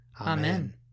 Amen